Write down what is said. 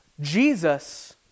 Jesus